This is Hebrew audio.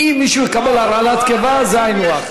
אם מישהו יקבל הרעלת קיבה, זה היינו הך.